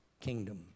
kingdom